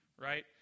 right